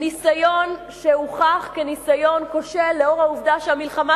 ניסיון שהוכח כניסיון כושל לאור העובדה שהמלחמה